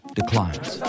declines